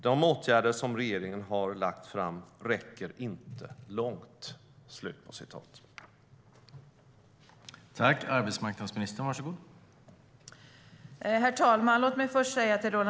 "De åtgärder som regeringen har lagt fram räcker inte långt", säger Finanspolitiska rådet.